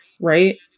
right